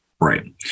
Right